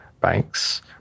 banks